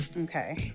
Okay